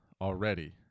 already